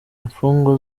mfungwa